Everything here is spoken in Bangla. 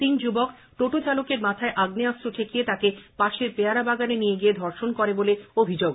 তিন যুবক টোটো চালকের মাথায় আগ্নেয়াস্ত্র ঠেকিয়ে তাকে পাশের পেয়ারা বাগানে নিয়ে গিয়ে ধর্ষণ করে বলে অভিযোগ